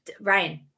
Ryan